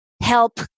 help